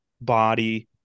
body